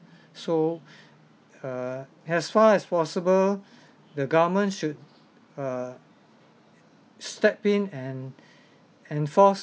so uh as far as possible the government should uh step in and enforce